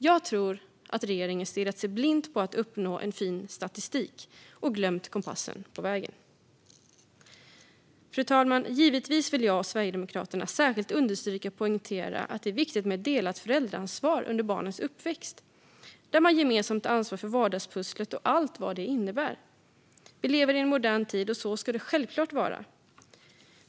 Jag tror att regeringen stirrat sig blind på att uppnå en fin statistik och glömt kompassen på vägen. Fru talman! Givetvis vill jag och Sverigedemokraterna särskilt understryka och poängtera att det är viktigt med ett delat föräldraansvar under barnens uppväxt där man gemensamt tar ansvar för vardagspusslet och allt vad det innebär. Vi lever i en modern tid, och så ska det självklart vara.